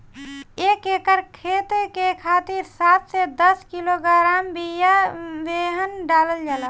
एक एकर खेत के खातिर सात से दस किलोग्राम बिया बेहन डालल जाला?